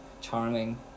charming